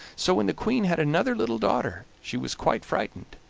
so when the queen had another little daughter she was quite frightened,